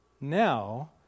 Now